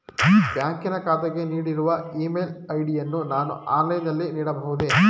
ಬ್ಯಾಂಕಿನ ಖಾತೆಗೆ ನೀಡಿರುವ ಇ ಮೇಲ್ ಐ.ಡಿ ಯನ್ನು ನಾನು ಆನ್ಲೈನ್ ನಲ್ಲಿ ನೀಡಬಹುದೇ?